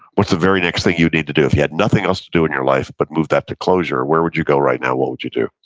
what's the very next thing you need to do if you had nothing else to do in your life, but move that to closure, where would you go right now and what would you do?